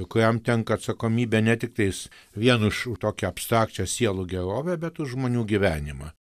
kuriam tenka atsakomybė ne tik tais vien už tokią abstrakčią sielų gerovę bet už žmonių gyvenimą